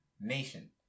nation